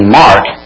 mark